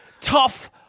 tough